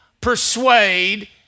persuade